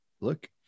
look